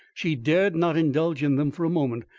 she dared not indulge in them for a moment,